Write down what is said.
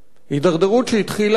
הידרדרות שהתחילה,